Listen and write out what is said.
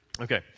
Okay